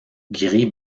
gris